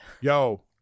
yo